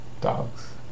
dogs